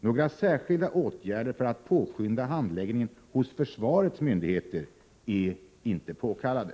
Några särskilda åtgärder för att påskynda handläggningen hos försvarets myndigheter är inte påkallade.